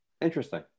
Interesting